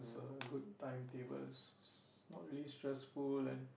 good timetables very stressful